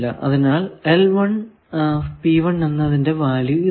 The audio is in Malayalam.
അതിനാൽ എന്നതിന്റെ വാല്യൂ ഇതാണ്